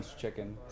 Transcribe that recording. chicken